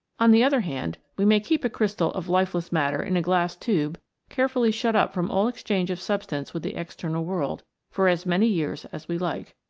on the other hand, we may keep a crystal of lifeless matter in a glass tube carefully shut up from all exchange of substance with the external world for as many years as we like.